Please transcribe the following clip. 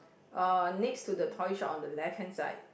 uh next to the toy shop on the left hand side